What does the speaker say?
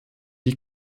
die